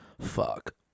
Fuck